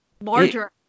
larger